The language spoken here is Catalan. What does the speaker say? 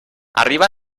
arriba